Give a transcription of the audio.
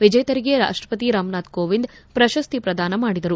ವಿಜೇತರಿಗೆ ರಾಷ್ಟಪತಿ ರಾಮನಾಥ್ ಕೋವಿಂದ್ ಪ್ರಶಸ್ತಿ ಪ್ರದಾನ ಮಾಡಿದರು